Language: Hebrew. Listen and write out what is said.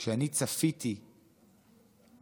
כשאני צפיתי בהתנתקות,